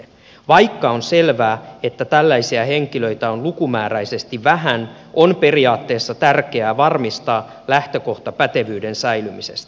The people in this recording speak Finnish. vaikka on selvää että tällaisia henkilöitä on lukumääräisesti vähän on periaatteessa tärkeää varmistaa lähtökohta pätevyyden säilymisestä